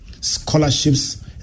scholarships